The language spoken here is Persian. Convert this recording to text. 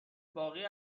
باقی